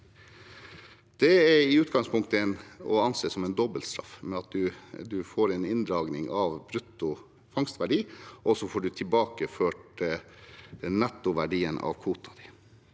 Det er i utgangspunktet å anse som en dobbeltstraff, ved at man får en inndragning av brutto fangstverdi, men får tilbakeført nettoverdien av kvoten.